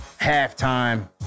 halftime